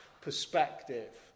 perspective